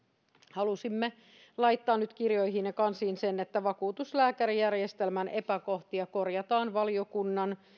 halusimme laittaa nyt kirjoihin ja kansiin sen että vakuutuslääkärijärjestelmän epäkohtia korjataan valiokunnan